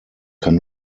kann